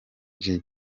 jay